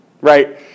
right